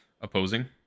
opposing